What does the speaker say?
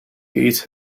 ate